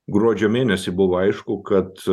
gruodžio mėnesį buvo aišku kad